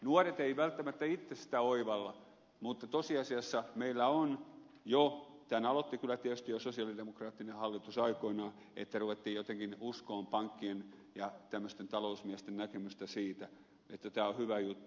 nuoret eivät välttämättä itse sitä oivalla mutta tosiasiassa meillä on jo niin tämän aloitti kyllä tietysti jo sosialidemokraattinen hallitus aikoinaan että ruvettiin jotenkin uskomaan pankkien ja tämmöisten talousmiesten näkemystä siitä että tämä on hyvä juttu